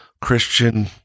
Christian